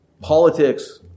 politics